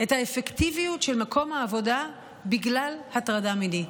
את האפקטיביות של מקום העבודה בגלל הטרדה מינית.